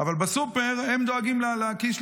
אבל בסופר דואגים לכיס שלהם.